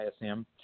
ISM